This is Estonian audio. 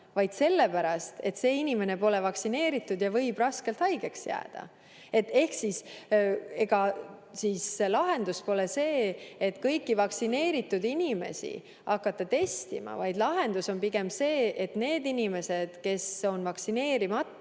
vaid sellepärast, et osa inimesi pole vaktsineeritud ja võivad raskelt haigeks jääda. Lahendus pole see, et ka kõiki vaktsineeritud inimesi tuleb hakata testima, vaid lahendus on pigem see, et need inimesed, kes on vaktsineerimata,